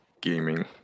gaming